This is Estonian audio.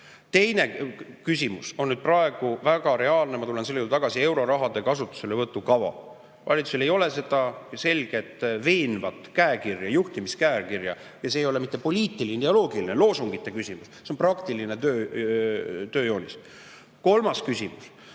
Teine küsimus on praegu väga reaalne – ma tulen selle juurde tagasi –, euroraha kasutuselevõtu kava. Valitsusel ei ole seda selget veenvat juhtimiskäekirja. See ei ole mitte poliitiline, ideoloogiline loosungite küsimus, see on praktiline tööjoonis. Kolmas küsimus